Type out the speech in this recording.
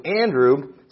Andrew